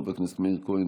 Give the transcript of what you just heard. חבר הכנסת מאיר כהן,